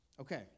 Okay